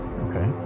Okay